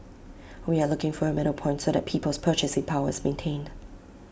we are looking for A middle point so that people's purchasing power is maintained